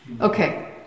Okay